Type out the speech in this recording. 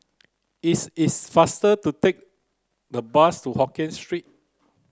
is is faster to take the bus to Hokkien Street